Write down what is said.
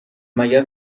مگر